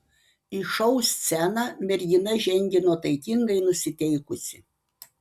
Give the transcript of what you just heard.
į šou sceną mergina žengė nuotaikingai nusiteikusi